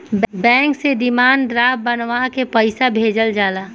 bank से demand draft बनवा के पईसा भेजल जाला